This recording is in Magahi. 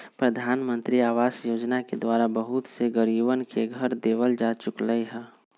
प्रधानमंत्री आवास योजना के द्वारा बहुत से गरीबन के घर देवल जा चुक लय है